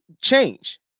change